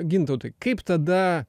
gintautai kaip tada